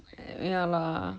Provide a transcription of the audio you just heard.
ya lah